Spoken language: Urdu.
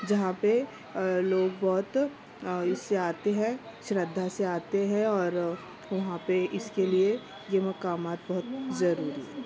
جہاں پہ لوگ بہت اس سے آتے ہے شردھا سے آتے ہے اور وہاں پہ اس کے لیے یہ مقامات بہت ضروری ہے